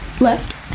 left